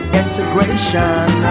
integration